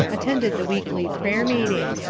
attended the weekly prayer-meeting,